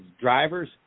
drivers